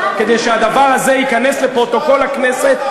כדי שהדבר הזה ייכנס לפרוטוקול הכנסת.